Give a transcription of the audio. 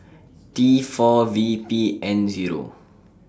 T four V P N Zero